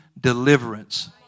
deliverance